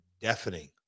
deafening